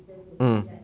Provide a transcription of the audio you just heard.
mm